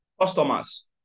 Customers